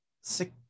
six